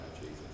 Jesus